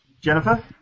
Jennifer